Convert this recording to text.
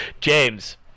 James